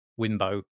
Wimbo